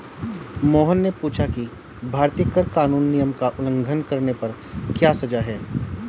मोहन ने पूछा कि भारतीय कर कानून नियम का उल्लंघन करने पर क्या सजा है?